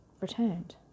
returned